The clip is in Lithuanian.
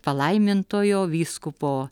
palaimintojo vyskupo